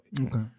Okay